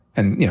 and,